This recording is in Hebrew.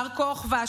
בר כוכבא,